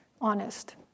honest